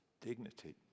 dignity